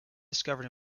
discovered